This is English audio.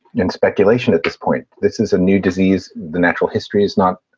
then speculation at this point. this is a new disease. the natural history is not